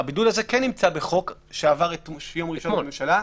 הבידוד הזה נמצא בחוק שעבר ביום ראשון בממשלה.